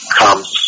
comes